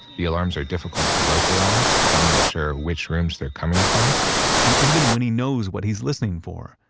the alarms are difficult to localize, so i'm not sure which rooms they're coming from and even when he knows what he's listening for.